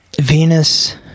Venus